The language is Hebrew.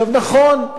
נכון,